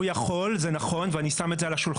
הוא יכול, זה נכון, ואני שם את זה על השולחן.